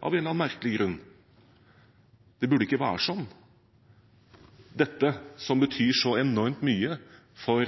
av en eller annen merkelig grunn. Det burde ikke være sånn. Dette, som betyr så enormt mye for